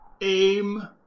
aim